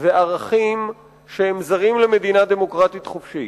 וערכים שזרים למדינה דמוקרטית חופשית.